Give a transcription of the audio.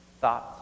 Thoughts